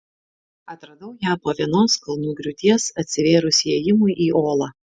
atradau ją po vienos kalnų griūties atsivėrus įėjimui į olą